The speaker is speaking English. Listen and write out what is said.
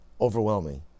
overwhelming